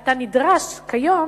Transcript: אתה נדרש כיום